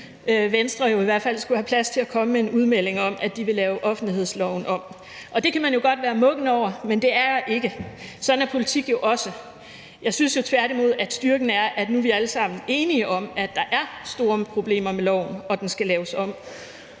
Venstre i hvert fald skulle have plads til at komme med en udmelding om, at de vil lave offentlighedsloven om. Det kan man jo godt være muggen over, men det er jeg ikke; sådan er politik jo også. Jeg synes tværtimod, at styrken er, at nu er vi alle sammen enige om, at der er store problemer med loven, og at den skal laves om.